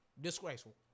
Disgraceful